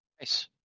Nice